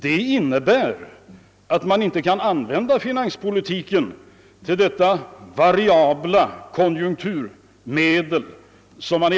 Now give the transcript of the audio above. Det innebär att man inte kan använda finanspolitiken som något variabelt konjunkturmedel.